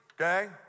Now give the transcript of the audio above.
okay